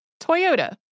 Toyota